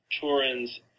Turin's